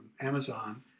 Amazon